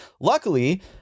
Luckily